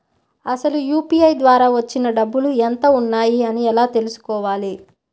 అసలు యూ.పీ.ఐ ద్వార వచ్చిన డబ్బులు ఎంత వున్నాయి అని ఎలా తెలుసుకోవాలి?